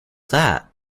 that